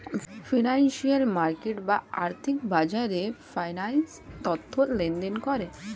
financial market বা আর্থিক বাজারে ফিন্যান্স তথ্য লেনদেন করে